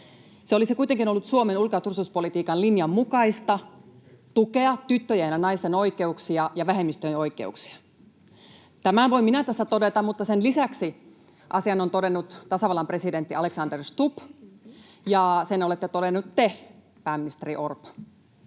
Se olisi kuitenkin ollut Suomen ulko‑ ja turvallisuuspolitiikan linjan mukaista tukea tyttöjen ja naisten oikeuksia ja vähemmistöjen oikeuksia. Tämän voin minä tässä todeta, mutta sen lisäksi asian on todennut tasavallan presidentti Alexander Stubb ja sen olette todennut te, pääministeri Orpo.